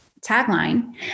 tagline